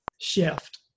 shift